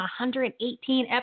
118